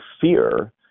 fear